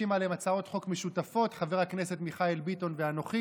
ההצעה להעביר את הנושא לוועדת העבודה והרווחה